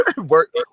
Work